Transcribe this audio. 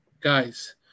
guys